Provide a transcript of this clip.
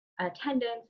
attendance